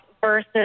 versus